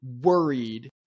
worried